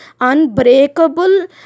unbreakable